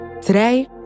Today